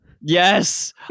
Yes